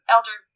Elder